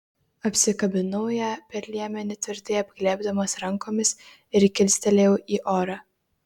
apsikabinau ją per liemenį tvirtai apglėbdamas rankomis ir kilstelėjau į orą